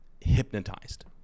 hypnotized